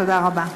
תודה רבה.